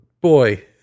boy